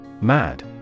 Mad